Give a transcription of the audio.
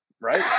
right